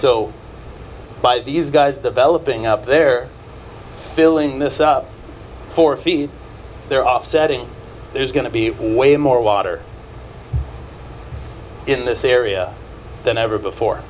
so by these guys developing up there filling this up for feed their offsetting there's going to be way more water in this area than ever before